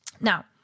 now